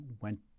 went